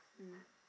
mm